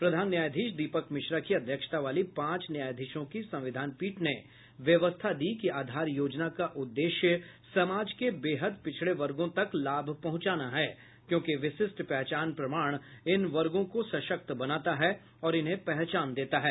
प्रधान न्यायाधीश दीपक मिश्रा की अध्यक्षता वाली पांच न्यायाधीशों की संविधान पीठ ने व्यवस्था दी कि आधार योजना का उद्देश्य समाज के बेहद पिछड़े वर्गों तक लाभ पहुंचाना है क्योंकि विशिष्ट पहचान प्रमाण इन वर्गों को सशक्त बनाता है और इन्हें पहचान देता है